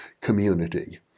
community